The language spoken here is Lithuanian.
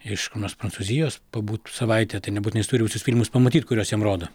iš kur nors prancūzijos pabūt savaitę tai nebūtinai jis turi visus filmus pamatyt kuriuos jam rodo